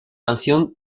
canción